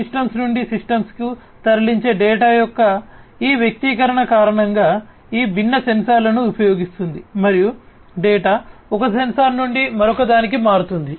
systems నుండి సిస్టమ్స్కు తరలించే డేటా యొక్క ఈ వ్యక్తీకరణ కారణంగా ఈ విభిన్న సెన్సార్లను ఉపయోగిస్తుంది మరియు డేటా ఒక సెన్సార్ నుండి మరొకదానికి మారుతుంది